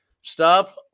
Stop